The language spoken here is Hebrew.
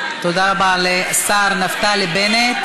תודה רבה לשר נפתלי בנט.